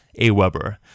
Aweber